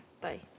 Bye